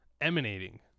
emanating